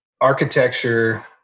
Architecture